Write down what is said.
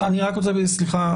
סליחה,